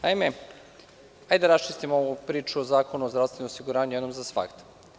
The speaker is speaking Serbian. Naime, hajde da raščistimo ovu priču o Zakonu o zdravstvenom osiguranju jednom za svagda.